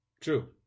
True